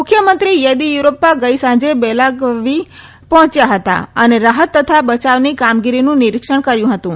મુખ્યમંત્રી યેદીયુરપ્પા ગઈ સાંજે બેલાગવી પહોંચ્યા હતા અને રાહત તથા બયાવની કામગીરીનું નિરિક્ષણ કર્યુ હતું